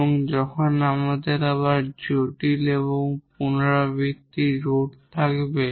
এবং যখন আমাদের আবার কমপ্লেক্স এবং রিপিটেড রুট থাকে